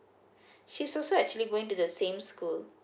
she's also actually going to the same school